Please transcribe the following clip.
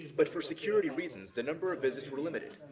but for security reasons, the number of visits were limited.